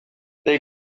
they